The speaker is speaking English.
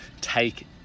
take